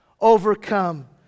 overcome